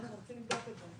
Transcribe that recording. אנחנו צריכים לבדוק את זה.